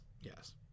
yes